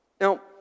now